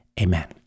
amen